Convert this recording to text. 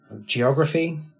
geography